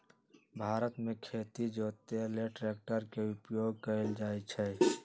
भारत मे खेती जोते लेल ट्रैक्टर के उपयोग कएल जाइ छइ